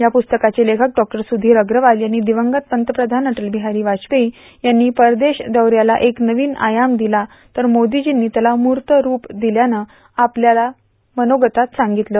या पुस्तकाचे लेखक डॉ सुधीर अग्रवाल यांनी दिवंगत पंतप्रधान अटलबिहारी वाजपेयी यांनी परदेश दौऱ्याला एक नवीन आयाम दिला तर मोदीजींनी त्याला मूर्त रूप दिल्याचं आपल्या मनोगतात सांगितलं